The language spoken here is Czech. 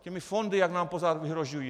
Těmi fondy jak nám pořád vyhrožují.